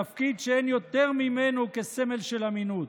תפקיד שאין יותר ממנו כסמל של אמינות,